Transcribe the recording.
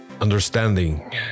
understanding